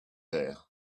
there